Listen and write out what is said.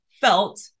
felt